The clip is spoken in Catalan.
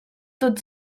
tot